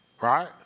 right